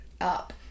up